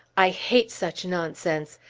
i hate such nonsense.